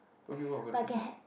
what you mean what I'm gon present